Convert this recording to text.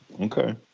Okay